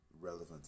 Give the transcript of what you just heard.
relevant